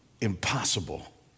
impossible